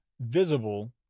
visible